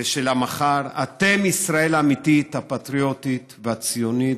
ושל המחר, אתם ישראל האמיתית, הפטריוטית והציונית.